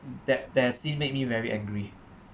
that that scene made me very angry